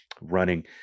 running